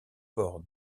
port